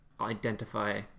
identify